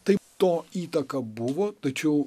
tai to įtaka buvo tačiau